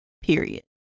period